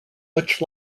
much